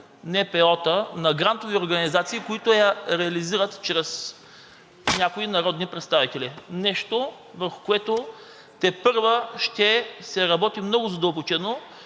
НПО-та, на грантови организации, които я реализират чрез някои народни представители – нещо, върху което тепърва ще се работи много задълбочено,